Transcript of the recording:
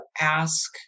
ask